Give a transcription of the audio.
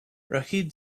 rachid